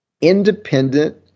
independent